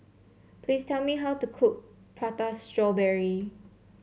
please tell me how to cook Prata Strawberry